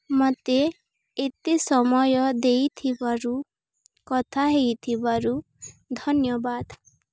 ମୋତେ ଏତେ ସମୟ ଦେଇଥିବାରୁ କଥା ହେଇଥିବାରୁ ଧନ୍ୟବାଦ